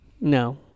No